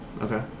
Okay